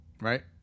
Right